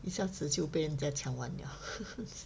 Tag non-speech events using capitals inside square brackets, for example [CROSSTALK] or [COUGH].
一下子就被人家抢完了 [LAUGHS]